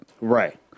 Right